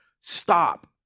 stop